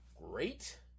great